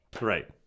Right